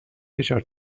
فشار